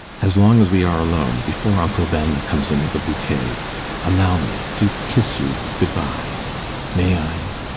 as long as we are alone, before uncle vanya comes in with a bouquet allow me to kiss you good-bye may i?